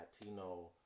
Latino